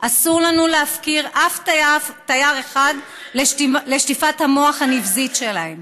אסור לנו להפקיר אף תייר אחד לשטיפת המוח הנבזית שלהם.